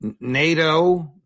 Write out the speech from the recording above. NATO